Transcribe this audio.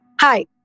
Hi